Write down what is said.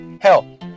Hell